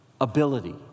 ability